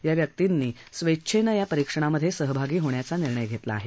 या व्यक्तींना स्वेच्छेनं या परिक्षणामधे सहभागी होण्याचा निर्णय घेतला आहे